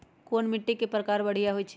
कोन मिट्टी के प्रकार बढ़िया हई?